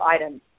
items